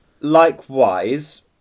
Likewise